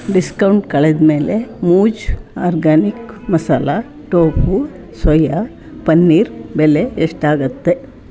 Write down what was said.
discount ಕಳೆದ ಮೇಲೆ ಮೂಜ್ organic masala tofu soya paneer ಬೆಲೆ ಎಷ್ಟಾಗುತ್ತೆ